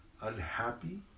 unhappy